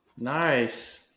Nice